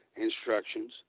instructions